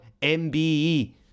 MBE